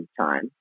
time